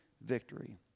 victory